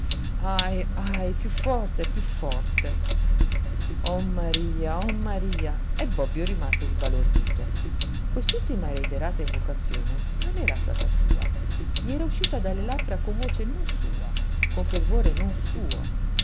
ahi ahi piú forte piú forte oh maria oh maria e bobbio rimase sbalordito quest'ultima reiterata invocazione non era stata sua gli era uscita dalle labbra con voce non sua con fervore non suo